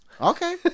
Okay